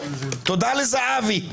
תודה לזהבי.